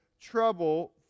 trouble